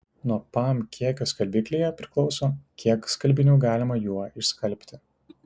nuo pam kiekio skalbiklyje priklauso kiek skalbinių galima juo išskalbti